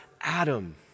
Adam